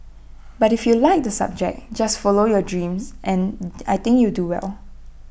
but if you like the subject just follow your dreams and I think you do well